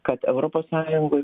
kad europos sąjungoj